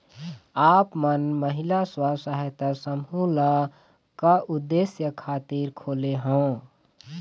आप मन महिला स्व सहायता समूह ल का उद्देश्य खातिर खोले हँव?